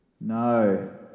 No